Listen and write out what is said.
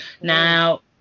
Now